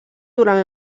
durant